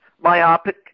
myopic